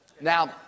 Now